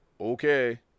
Okay